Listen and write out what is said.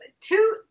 two